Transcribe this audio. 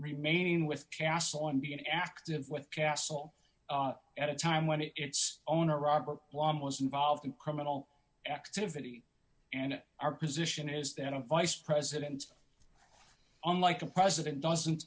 remaining with castle on being active with castle at a time when its owner robert long was involved in criminal activity and our position is that a vice president unlike the president doesn't